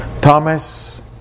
Thomas